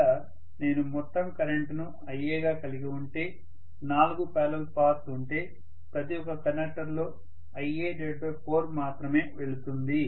ఒకవేళ నేను మొత్తం కరెంటును Iaగా కలిగి ఉండి నాలుగు పారలల్ పాత్స్ ఉంటే ప్రతి ఒక్క కండక్టర్లలో Ia4 మాత్రమే వెళుతుంది